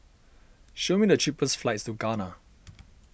show me the cheapest flights to Ghana